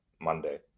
Monday